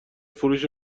فروش